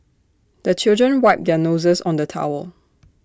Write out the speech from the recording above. the children wipe their noses on the towel